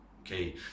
okay